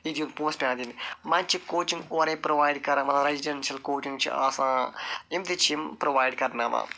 ییٚتہِ چھِنہٕ پۅنٛسہٕ پٮ۪وان دِنۍ منٛزٕ چھِ کوچِنٛگ اورے پرٛووایڈ کَران ونان ریسڈینشل کوچِنٛگ چھِ آسان یِم تہِ چھِ یِم پرٛووایڈ کَرناوان